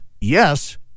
yes